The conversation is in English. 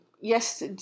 yes